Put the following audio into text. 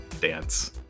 dance